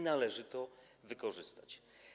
Należy to wykorzystać.